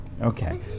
Okay